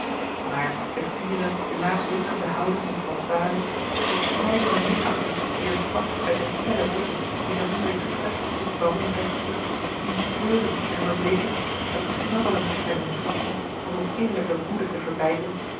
maar de fiere laatdunkende houding van françoise de snijdende minachting die er sprak uit de felle blikken die zij onder dit gesprek op den baron vestigde diens kleuren en verbleeken dat knabbelen op zijne mustatsen als om innerlijke woede te verbijten